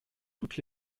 toutes